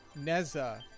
Neza